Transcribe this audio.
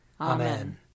Amen